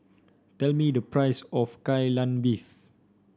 tell me the price of Kai Lan Beef